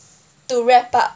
to wrap up